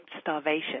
starvation